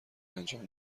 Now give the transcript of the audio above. انجام